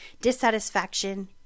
Dissatisfaction